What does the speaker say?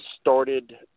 started